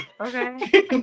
Okay